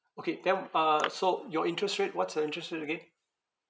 okay then uh so your interest rate what's your interest rate again